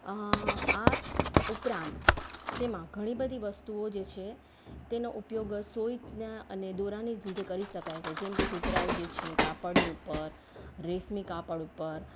આ ઉપરાંત તેમાં ઘણી બધી વસ્તુઓ જે છે તેનો ઉપયોગ સોયના અને દોરાની રીતે કરી જ શકાય છે જેમ કે સુતરાઉ જે છે કાપડની ઉપર રેશમી કાપડ ઉપર